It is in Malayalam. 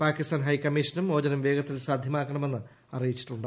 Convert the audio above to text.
പാകിസ്ഥാൻ ഹൈക്കമ്മീഷനും മോചനം വേഗത്തിൽ സാധ്യമാക്കണമെന്ന് അറിയിച്ചിട്ടുണ്ട്